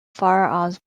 firearms